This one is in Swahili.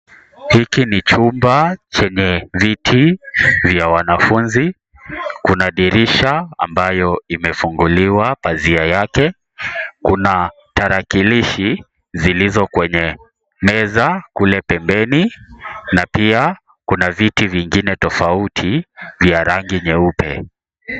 Hiki ni chumba chenye viti vya wanafunzi. Kuna dirisha ambayo imefunguliwa pazia yake. Kuna tarakilishi zilizo kwenye meza kule pembeni na pia kuna viti vingine tofauti vya rangi nyeupe.